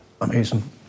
Amazing